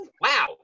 Wow